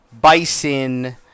bison